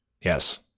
Yes